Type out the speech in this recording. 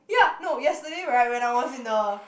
ya no yesterday right when I was in the